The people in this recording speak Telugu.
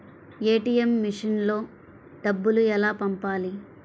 ఏ.టీ.ఎం మెషిన్లో డబ్బులు ఎలా పంపాలి?